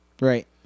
Right